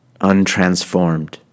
untransformed